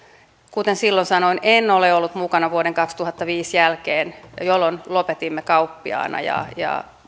kuten silloin sanoin en ole ollut mukana vuoden kaksituhattaviisi jälkeen jolloin lopetimme kauppiaana